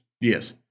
Yes